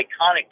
iconic